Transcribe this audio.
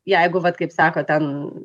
jeigu vat kaip sako ten